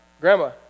grandma